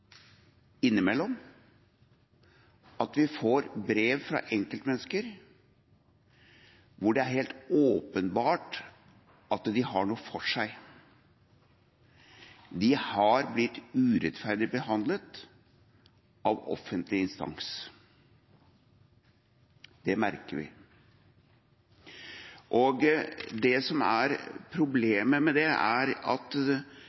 innimellom at vi får brev fra enkeltmennesker hvor det er helt åpenbart at de har noe for seg. De har blitt urettferdig behandlet av en offentlig instans, det merker vi. Det som er problemet med det, er at